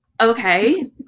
Okay